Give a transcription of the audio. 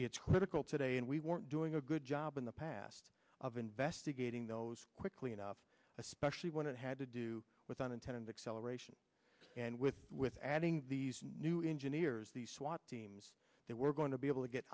it's critical today and we weren't doing a good job in the past of investigating those quickly enough especially when it had to do with unintended acceleration and with with adding these new engineers these swat teams that we're going to be able to get